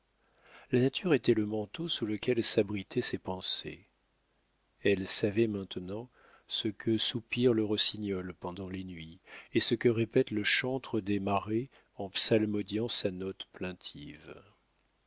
la nature était le manteau sous lequel s'abritaient ses pensées elle savait maintenant ce que soupire le rossignol pendant les nuits et ce que répète le chantre des marais en psalmodiant sa note plaintive